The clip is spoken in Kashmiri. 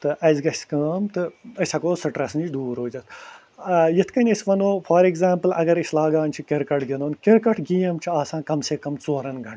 تہٕ اَسہِ گژھِ کٲم تہٕ أسۍ ہٮ۪کَو سِٹرَس نِش دوٗر روٗزِتھ آ یِتھ کٔنۍ أسۍ وَنو فار اٮ۪کزامپُل اَگر أسۍ لاگان چھِ کِرکَٹ گِنٛدُن کِرکَٹ گیم چھِ آسان کم سے کم ژورَن گھنٹَن